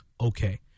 okay